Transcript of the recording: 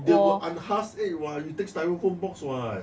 they will unhalf it what you take styrofoam box what